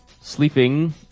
sleeping